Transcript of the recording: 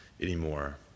anymore